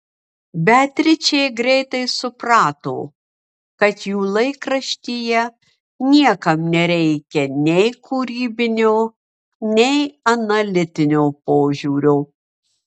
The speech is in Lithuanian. beatričė greitai suprato kad jų laikraštyje niekam nereikia nei kūrybinio nei analitinio požiūrio